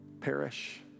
perish